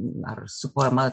ar su poema